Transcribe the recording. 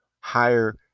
higher